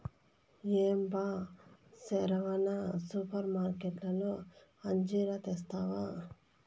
ఏం బా సెరవన సూపర్మార్కట్లో అంజీరా తెస్తివా